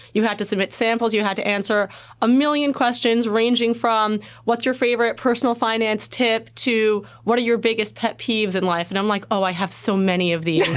you had to submit samples. you had to answer a million questions ranging from what's your favorite personal finance tip to what your biggest pet peeves are in life and i'm like, oh, i have so many of these.